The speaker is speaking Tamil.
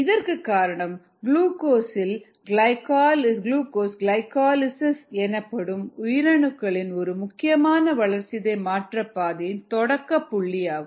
இதற்கு காரணம் குளுக்கோஸ் கிளைகோலிசிஸ் எனப்படும் உயிரணுக்களின் ஒரு முக்கியமான வளர்சிதை மாற்ற பாதையின் தொடக்க புள்ளியாகும்